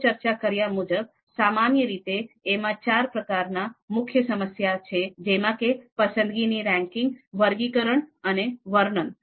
અગાઉ ચર્ચા કર્યા મુજબ સામાન્ય રીતે એમાં ચાર પ્રકારના મુખ્ય સમસ્યા છે જેમ કે પસંદગીની રેન્કિંગ વર્ગીકરણ અને વર્ણન